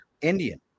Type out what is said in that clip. indian